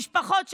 משפחות שכולות.